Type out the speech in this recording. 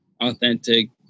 authentic